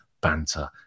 banter